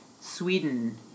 Sweden